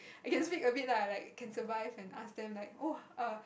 I can speak a bit lah like can survive and ask them like !woah!